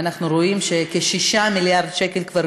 ואנחנו רואים שכ-6 מיליארד שקל כבר